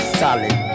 solid